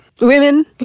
Women